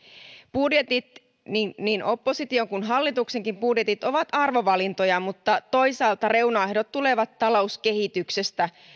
budjetit niin niin opposition kuin hallituksenkin ovat arvovalintoja mutta toisaalta reunaehdot tulevat talouskehityksestä